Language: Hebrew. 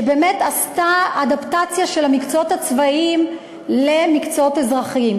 שבאמת עשתה אדפטציה של המקצועות הצבאיים למקצועות אזרחיים.